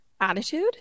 attitude